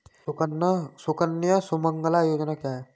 सुकन्या सुमंगला योजना क्या है?